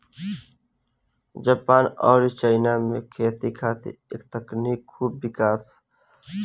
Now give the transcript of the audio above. Japan अउरी China में खेती खातिर ए तकनीक से खूब विकास होला